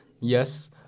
Yes